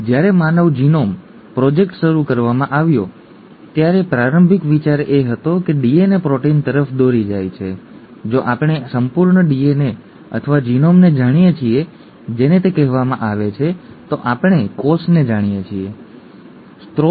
જ્યારે માનવ genome project શરૂ કરવામાં આવ્યો ત્યારે પ્રારંભિક વિચાર એ હતો કે DNA પ્રોટીન તરફ દોરી જાય છે જો આપણે સંપૂર્ણ DNA અથવા જીનોમને જાણીએ છીએ જેને તે કહેવામાં આવે છે તો આપણે કોષને જાણીએ છીએ ઠીક છે